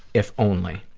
if only.